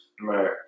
right